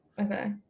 Okay